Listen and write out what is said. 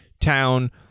town